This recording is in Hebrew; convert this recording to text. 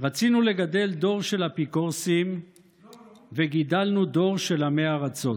"רצינו לגדל דור של אפיקורסים וגידלנו דור של עמי ארצות".